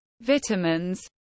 vitamins